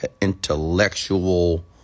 intellectual